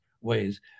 ways